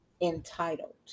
entitled